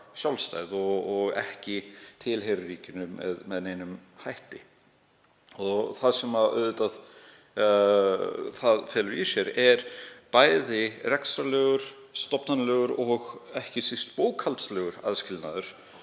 sjálfstæð og ekki tilheyra ríkinu með neinum hætti. Það sem það felur auðvitað í sér er rekstrarlegur, stofnanalegur og ekki síst bókhaldslegur aðskilnaður.